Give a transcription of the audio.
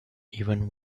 even